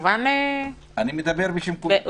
אני מדבר בשם כולם.